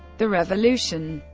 the revolution